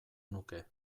nuke